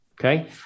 okay